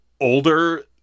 older